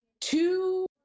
two